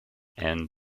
and